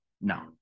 no